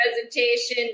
presentation